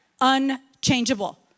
unchangeable